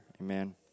Amen